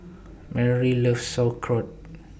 Myrle loves Sauerkraut